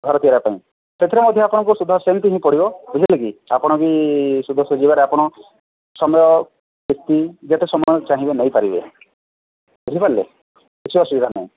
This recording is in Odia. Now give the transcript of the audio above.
ଘର ତିଆରିବା ପାଇଁ ସେଥିରେ ମଧ୍ୟ ଆପଣଙ୍କୁ ସୁଧ ଆସିବା ପାଇଁ ପଡ଼ିବ ବୁଝିଲେ କି ଆପଣ ବି ସୁଧ ସୁଝିବାରେ ଆପଣ ସମୟ ବେଶୀ ଯେତେ ସମୟ ଚାହିଁବେ ନେଇପାରିବେ ବୁଝିପାରିଲେ କିଛି ଅସୁବିଧା ନାହିଁ